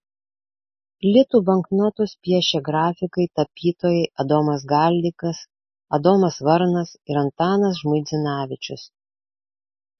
litų banknotus piešė grafikai tapytojai adomas galdikas adomas varnas ir antanas žmuidzinavičius